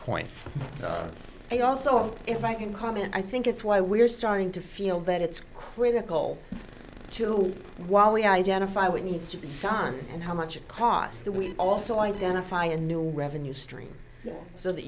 point and also if i can comment i think it's why we're starting to feel that it's critical to while we identify what needs to be done and how much it costs that we also identify a new revenue stream so that